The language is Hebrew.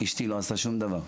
אשתי לא עשתה שום דבר.